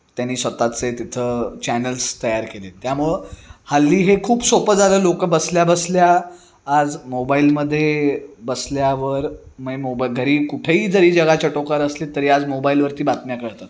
त्यानी स्वतःचे तिथं चॅनल्स तयार केलेत त्यामुळं हल्ली हे खूप सोपं झालं लोकं बसल्या बसल्या आज मोबाईलमध्ये बसल्यावर म्हणजे मोबा घरी कुठेही जरी जगाच्या टोकावर असले तरी आज मोबाईलवरती बातम्या कळतात